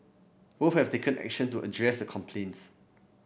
both have taken action to address the complaints